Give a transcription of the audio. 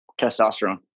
Testosterone